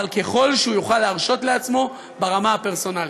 אבל ככל שהוא יוכל להרשות לעצמו ברמה הפרסונלית.